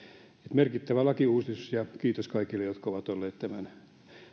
merkittävä lakiuudistus ja kiitos kaikille jotka ovat olleet tämän